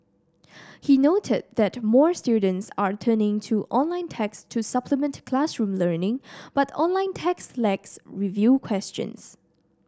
he noted that more students are turning to online text to supplement classroom learning but online text lacks review questions